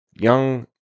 Young